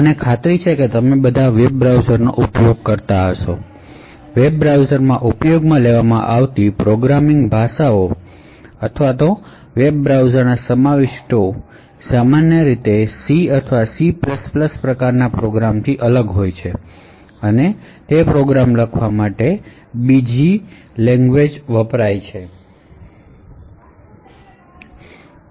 મને ખાતરી છે કે તમે બધા એ વેબ બ્રાઉઝર્સનો ઉપયોગ કર્યો હશે અને તમે શું જોયું હશે કે વેબ બ્રાઉઝર્સમાં ઉપયોગમાં લેવામાં આવતી પ્રોગ્રામિંગ ભાષાઓ સામાન્ય રીતે નિયમિત C અથવા C જે પ્રોગ્રામ્સ લખવા માટે વપરાય છે તેનાથી ખૂબ અલગ છે